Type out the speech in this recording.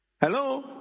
Hello